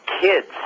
kids